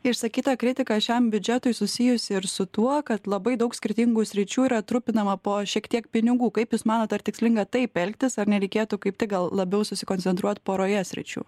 išsakyta kritika šiam biudžetui susijusi ir su tuo kad labai daug skirtingų sričių yra trupinama po šiek tiek pinigų kaip jūs manot ar tikslinga taip elgtis ar nereikėtų kaip tik gal labiau susikoncentruot poroje sričių